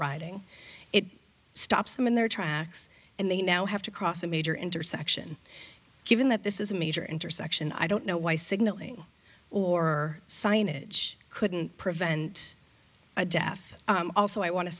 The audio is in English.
riding it stops them in their tracks and they now have to cross a major intersection given that this is a major intersection i don't know why signaling or signage couldn't prevent a death also i wan